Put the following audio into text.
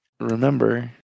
remember